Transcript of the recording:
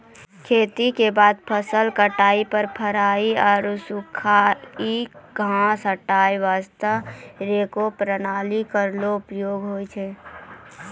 खेती क बाद फसल काटला पर पराली आरु सूखा घास हटाय वास्ते हेई रेक प्रणाली केरो उपयोग होय छै